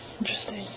Interesting